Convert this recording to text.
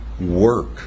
work